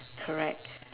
correct